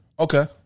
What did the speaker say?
Okay